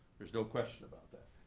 there's no question about that.